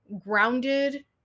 grounded